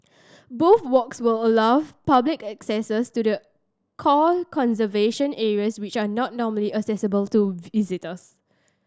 both walks will allow the public access to the core conservation areas which are not normally accessible to visitors